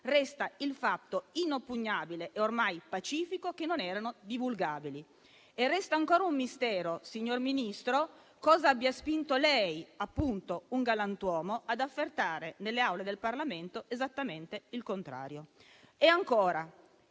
Resta il fatto, inoppugnabile e ormai pacifico, che non erano divulgabili. E resta ancora un mistero, signor Ministro, cosa abbia spinto lei, appunto un galantuomo, ad affermare nelle Aule del Parlamento esattamente il contrario. Ancora,